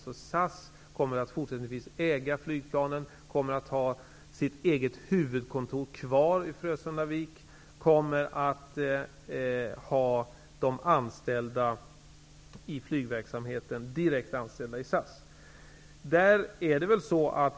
SAS kommer fortsättningsvis att äga flygplanen och ha sitt eget huvudkontor kvar i Frösundavik. De anställda i flygverksamheten kommer att vara direkt anställda i SAS.